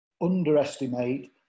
underestimate